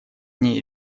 ней